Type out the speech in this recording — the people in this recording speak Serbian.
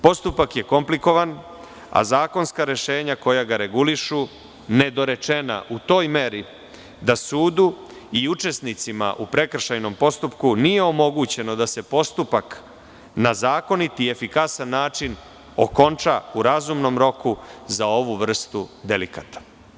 Postupak je komplikovan, a zakonska rešenja koja ga regulišu su nedorečena u toj meri da sudu i učesnicima u prekršajnom postupku nije omogućeno da postupak na zakonit i efikasan način okonča u razumnom roku za ovu vrstu delikata.